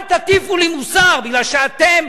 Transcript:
אל תטיפו לי מוסר, בגלל שאתם